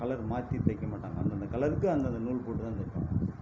colour மாற்றி தைக்க மாட்டாங்க அந்தந்த கலருக்கு அந்தந்த நூல் போட்டு தான் தைப்பாங்க